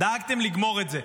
דאגתם לגמור את זה.